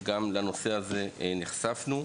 שגם לנושא הזה נחשפנו.